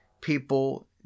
people